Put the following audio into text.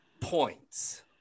points